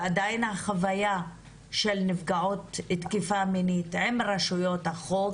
ועדיין החוויה של נפגעות תקיפה מינית עם רשויות החוק